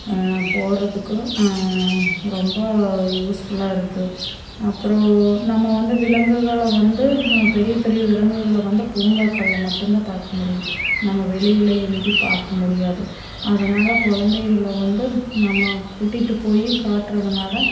போகிறதுக்கும் ரொம்ப யூஸ்ஃபுல்லாக இருக்கும் அப்புறம் நம்ம வந்து விலங்குகளை வந்து பெரிய பெரிய விலங்குகளை வந்து பூங்காக்களில் மட்டும் தான் பார்க்க முடியும் நம்ம வெளியில் எங்கேயும் பார்க்க முடியாது அதனால் குழந்தைகள வந்து நம்ம கூட்டிகிட்டு போய் காட்டுறதுனால